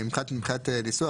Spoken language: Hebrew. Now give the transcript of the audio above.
מבחינת הניסוח,